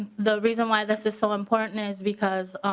the reason why this is so important is because